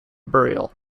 burial